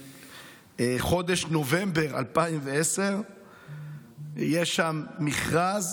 של חודש נובמבר 2010. יש שם מכרז.